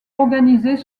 organisées